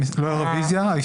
רוויזיה.